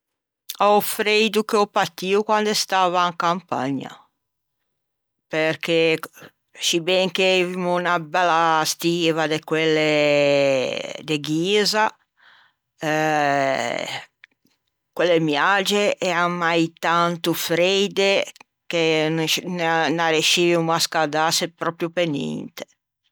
A-o freido ch'ò patio quande stava in campagna perché sciben che aveivimo unna bella stiva de quelle de ghisa quelle miage ean mai tanto freide che n'arreiscivimo à scädâse pròprio pe ninte.